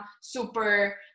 super